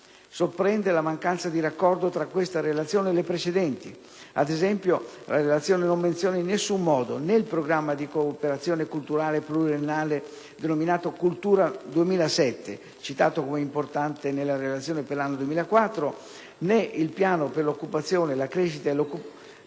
Sorprende la mancanza di raccordo tra questa Relazione e le precedenti. Ad esempio, la Relazione non menziona in nessun modo né il programma di cooperazione culturale pluriennale denominato «Cultura 2007» (citato come importante nella Relazione per l'anno 2004), né il Piano per l'innovazione, la crescita e l'occupazione,